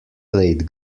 plate